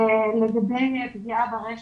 לגבי פגיעה ברשת,